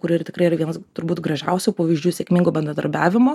kur ir tikrai vienas turbūt gražiausių pavyzdžių sėkmingo bendradarbiavimo